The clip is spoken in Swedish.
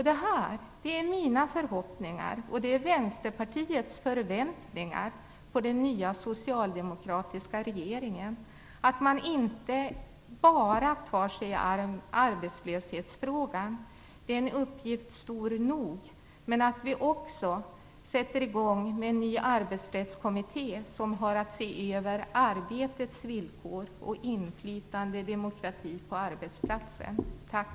Det här är mina förhoppningar, och det är Vänsterpartiets förväntningar på den nya socialdemokratiska regeringen - att den inte bara tar sig an arbetslöshetsfrågan, en uppgift stor nog, utan att den också tillsätter en ny arbetsrättskommitté, som har att se över arbetets villkor och frågan om inflytande och demokrati på arbetsplatsen. Tack!